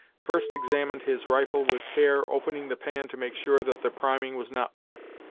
first examined his rifle with care, opening the pan to make sure that the priming was not wet,